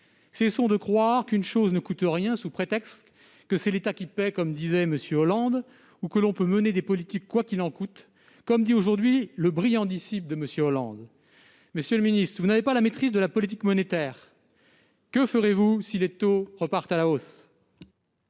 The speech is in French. Cessons de croire qu'une chose ne coûte rien sous prétexte que « c'est l'État qui paye », comme disait M. Hollande, ou que l'on peut mener des politiques « quoi qu'il en coûte », comme le prétend aujourd'hui son brillant disciple. Monsieur le ministre, vous n'avez pas la maîtrise de la politique monétaire. Que ferez-vous si les taux repartent à la hausse ?